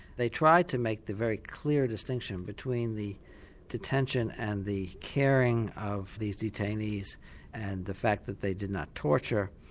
they tried to make the very clear distinction between the detention and the caring of these detainees and the fact that they did not torture,